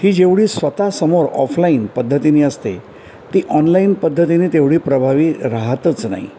ही जेवढी स्वतःसमोर ऑफलाईन पद्धतीनी असते ती ऑनलाईन पद्धतीनी तेवढी प्रभावी राहातच नाही